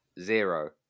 Zero